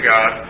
God